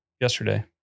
yesterday